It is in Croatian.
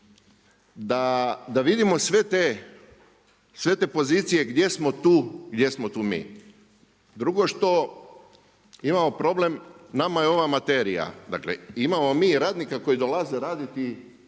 da vidimo sve te pozicije gdje smo tu mi. Drugo što imamo problem nama je ova materija, dakle imamo mi radnika koji dolaze raditi